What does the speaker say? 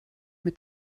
mit